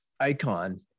Icon